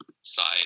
side